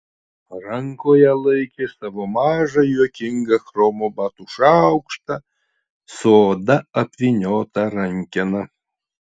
rankoje laikė savo mažą juokingą chromo batų šaukštą su oda apvyniota rankena